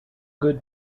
good